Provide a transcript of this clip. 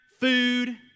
food